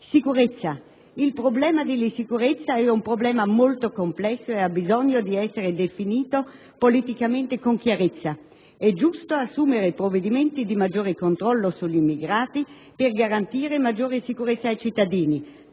Sicurezza. Il problema della sicurezza è molto complesso e ha bisogno di essere definito politicamente con chiarezza. È giusto assumere provvedimenti di maggiore controllo sugli immigrati per garantire maggiore sicurezza ai cittadini;